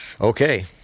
Okay